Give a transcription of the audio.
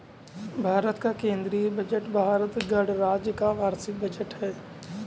भारत का केंद्रीय बजट भारत गणराज्य का वार्षिक बजट है